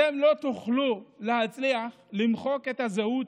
אתם לא תוכלו להצליח למחוק את הזהות